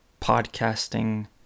podcasting